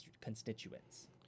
constituents